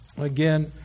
again